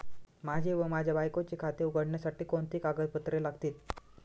माझे व माझ्या बायकोचे खाते उघडण्यासाठी कोणती कागदपत्रे लागतील?